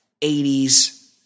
80s